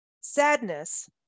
sadness